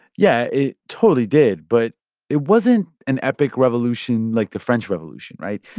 yeah, it totally did. but it wasn't an epic revolution like the french revolution, right?